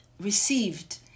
received